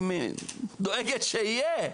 היא דואגת שיהיה,